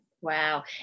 Wow